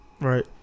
Right